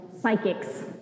Psychics